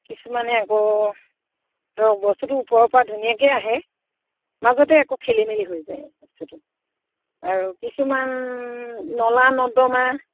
কিছুমানে আকৌ ধৰক বস্তুটো ওপৰ পৰা ধুনীয়াকৈ আহে মাজতে আকৌ খেলি মেলি হৈ যায় বস্তুটো আৰু কিছুমান নলা নৰ্দমা